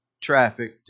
traffic